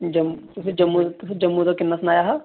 जम्मू जम्मू ते फिर जम्मू दा किन्ना सनाया हा